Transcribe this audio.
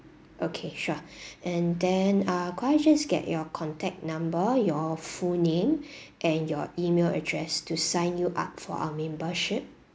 okay sure and then uh could I just get your contact number your full name and your email address to sign you up for our membership